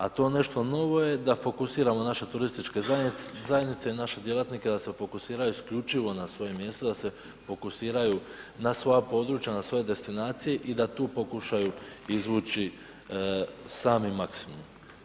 A to nešto novo je da fokusiramo naše turističke zajednice i naše djelatnike da se fokusiraju isključivo na svojem mjestu da se fokusiraju na svoja područja, na svoje destinacije i da tu pokušaju izvući sami maksimum.